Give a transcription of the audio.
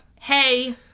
hey